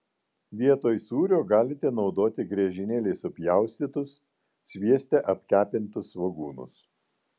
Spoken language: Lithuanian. vietoj sūrio galite naudoti griežinėliais supjaustytus svieste apkepintus svogūnus